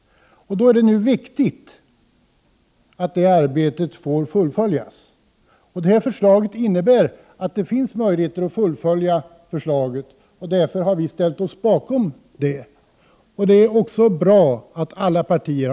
Det är viktigt att arbetet kan fullföljas. Detta förslag innebär att det finns möjligheter att fullfölja arbetet med restaureringen. Av den orsaken har vi i folkpartiet ställt oss bakom förslaget. Det har alla partier gjort, och det är bra.